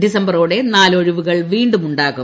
ഡിസംബറോടെ നാലു ഒഴിവുകൾ വീണ്ടുമുണ്ടാകും